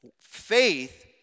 Faith